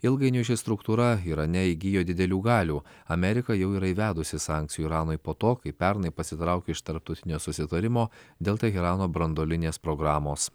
ilgainiui ši struktūra irane įgijo didelių galių amerika jau yra įvedusi sankcijų iranui po to kai pernai pasitraukė iš tarptautinio susitarimo dėl teherano branduolinės programos